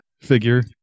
figure